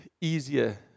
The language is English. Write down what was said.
easier